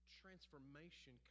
transformation